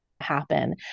happen